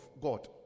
god